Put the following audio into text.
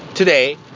Today